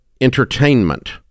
entertainment